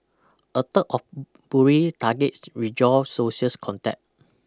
a third of bullied targets withdraw social contact